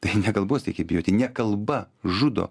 tai ne kalbos reikia bijoti ne kalba žudo